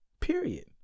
Period